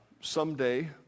Someday